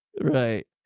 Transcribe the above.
Right